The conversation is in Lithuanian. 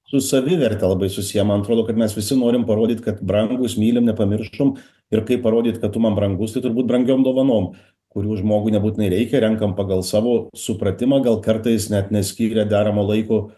su saviverte labai susiję man atrodo kad mes visi norim parodyt kad brangūs mylim nepamiršom ir kaip parodyt kad tu man brangus tai turbūt brangiom dovanom kurių žmogui nebūtinai reikia renkam pagal savo supratimą gal kartais net neskyrę deramo laiko